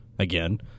Again